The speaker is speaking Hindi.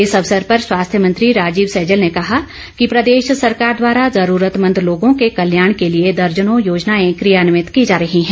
इस अवसर पर स्वास्थ्य मंत्री राजीव सैजल ने कहा कि प्रदेश सरकार द्वारा जरूरतमंद लोगों के कल्याण के लिए दर्जनों योजनाएं क्रियान्वित की जा रही हैं